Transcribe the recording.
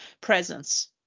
presence